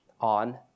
on